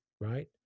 right